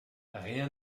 rien